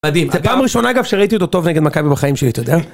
מדהים. זה פעם ראשונה אגב שראיתי אותו טוב נגד מכבי בחיים שלי, אתה יודע